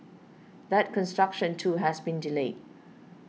that construction too has been delayed